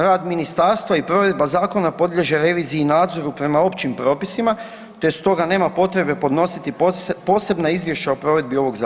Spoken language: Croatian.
Rad ministarstva i provedba zakona podliježe reviziji i nadzoru prema općim propisima, te stoga nema potrebe podnositi posebna izvješća o provedbi ovog zakona.